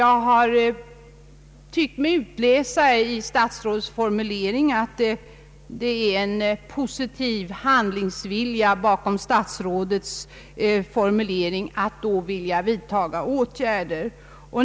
Jag har tyckt mig utläsa av svaret att det bakom statsrådets formulering finns en positiv handlingsvilja och att statsrådet är beredd att vidtaga åtgärder.